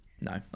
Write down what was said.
no